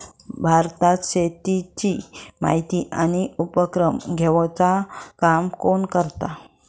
भारतात शेतीची माहिती आणि उपक्रम घेवचा काम कोण करता?